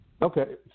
Okay